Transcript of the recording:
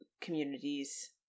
communities